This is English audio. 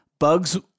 Bugs